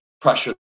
pressure